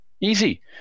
Easy